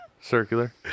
circular